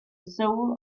soul